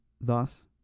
Thus